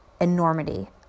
enormity